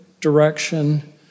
direction